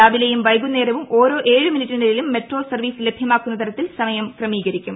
രാവിലെയും വൈകുന്നേരവും ഓരോ ഏഴ് മിനിറ്റിനിടയിലും മോട്രോ സർവീസ് ലഭ്യമാക്കുന്ന തരത്തിൽ സമയം ക്രമീകരിക്കും